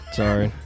sorry